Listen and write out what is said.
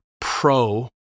pro